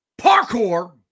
Parkour